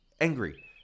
angry